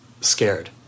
scared